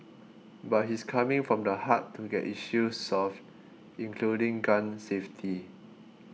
but he's coming from the heart to get issues solved including gun safety